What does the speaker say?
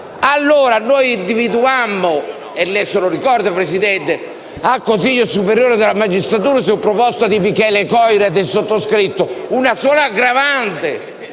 allora individuammo - lei lo ricorderà, Presidente - al Consiglio superiore della magistratura, su proposta di Michele Coiro e del sottoscritto, una sola aggravante